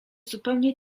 zupełnie